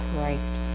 Christ